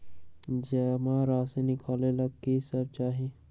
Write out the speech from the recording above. जमा राशि नकालेला कि सब चाहि?